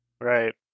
right